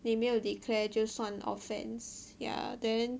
你没有 declare 就算 offense ya then